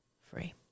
free